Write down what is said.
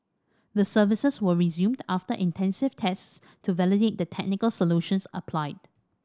the services were resumed after intensive tests to validate the technical solutions applied